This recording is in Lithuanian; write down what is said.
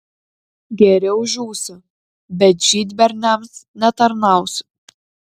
geriau žūsiu bet žydberniams netarnausiu